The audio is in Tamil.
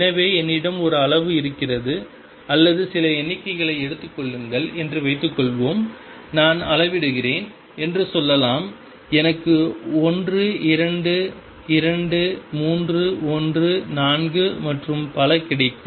எனவே என்னிடம் ஒரு அளவு இருக்கிறது அல்லது சில எண்களை எடுத்துக் கொள்ளுங்கள் என்று வைத்துக்கொள்வோம் நான் அளவிடுகிறேன் என்று சொல்லலாம் எனக்கு 1 2 2 3 1 4 மற்றும் பல கிடைக்கும்